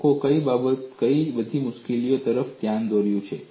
લોકોએ કઈ બધી મુશ્કેલીઓ તરફ ધ્યાન દોર્યું છે